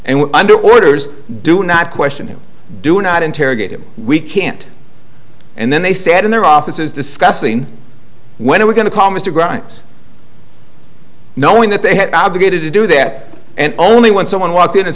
and under orders do not question him do not interrogate him we can't and then they said in their offices discussing when they were going to call mr grimes knowing that they had obligated to do that and only when someone walked in and